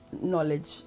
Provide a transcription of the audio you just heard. knowledge